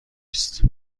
است